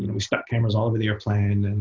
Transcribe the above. and we stuck cameras all over the airplane, and